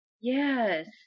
Yes